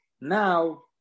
now